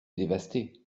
dévastées